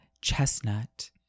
chestnut